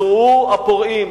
זוהו הפורעים,